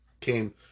came